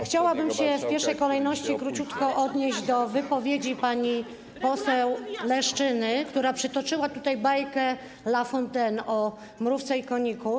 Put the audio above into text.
Chciałabym się w pierwszej kolejności króciutko odnieść do wypowiedzi pani poseł Leszczyny, która przytoczyła tutaj bajkę La Fontaine o mrówce i koniku.